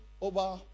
over